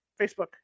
Facebook